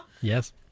Yes